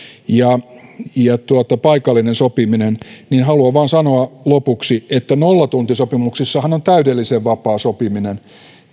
ja ja paikallinen sopiminen niin haluan vain sanoa lopuksi että nollatuntisopimuksissahan on täydellisen vapaa sopiminen